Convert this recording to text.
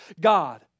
God